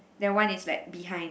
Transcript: then one is like behind